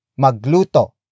Magluto